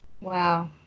Wow